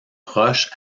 proche